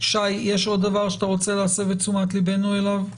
שי עוד דבר שאתה רוצה להסב את תשומת ליבנו אליו?